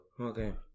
Okay